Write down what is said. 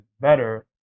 better